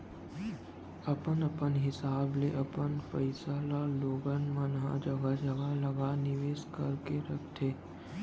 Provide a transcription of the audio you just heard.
अपन अपन हिसाब ले अपन पइसा ल लोगन मन ह जघा जघा लगा निवेस करके रखथे